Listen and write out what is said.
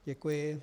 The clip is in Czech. Děkuji.